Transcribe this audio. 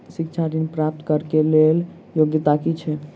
शिक्षा ऋण प्राप्त करऽ कऽ लेल योग्यता की छई?